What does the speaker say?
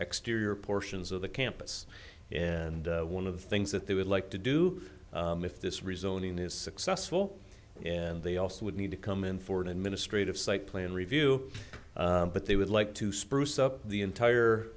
exterior portions of the campus and one of the things that they would like to do if this rezoning is successful and they also would need to come in for an administrative site plan review but they would like to spruce up the entire